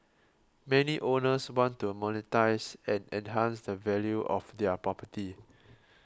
many owners want to monetise and enhance the value of their property